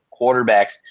quarterbacks